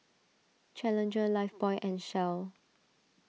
Challenger Lifebuoy and Shell